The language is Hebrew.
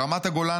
"ברמת הגולן,